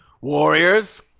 Warriors